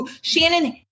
Shannon